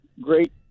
great